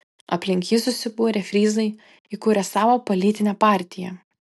aplink jį susibūrę fryzai įkūrė savo politinę partiją